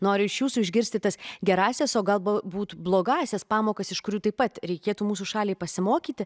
noriu iš jūsų išgirsti tas gerąsias o galbūt blogąsias pamokas iš kurių taip pat reikėtų mūsų šaliai pasimokyti